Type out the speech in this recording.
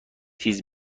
تیز